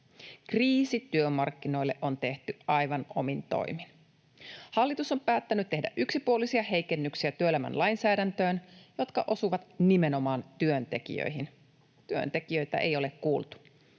Kriisit työmarkkinoille on tehty aivan omin toimin. Hallitus on päättänyt tehdä työelämän lainsäädäntöön yksipuolisia heikennyksiä, jotka osuvat nimenomaan työntekijöihin. Työntekijöitä ei ole kuultu.